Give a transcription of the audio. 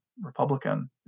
Republican